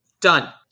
Done